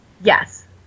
Yes